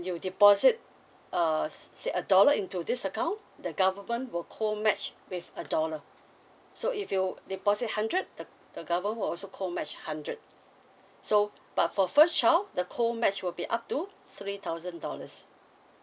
you deposit err say a dollar into this account the government will co match with a dollar so if you deposit hundred the the government will also co match hundred so but for first child the co match will be up to three thousand dollars